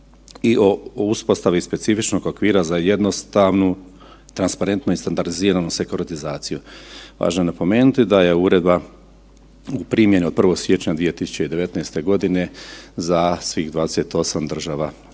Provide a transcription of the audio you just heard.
i o uspostavi specifičnog okvira za jednostavnu, transparentnu i standardiziranu sekuritizaciju. Važno je napomenuti da je uredba u primjeni od 1. siječnja 2019. g. za svih 28 država članica.